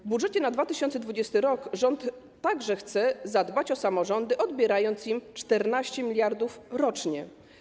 W budżecie na 2022 r. rząd także chce zadbać o samorządy, odbierając im 14 mld rocznie.